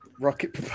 rocket